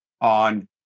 on